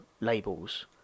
labels